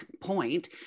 point